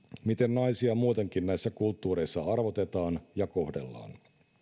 miten naisia muutenkin näissä kulttuureissa arvotetaan ja kohdellaan